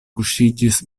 kuŝiĝis